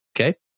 Okay